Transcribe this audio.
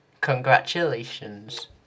Congratulations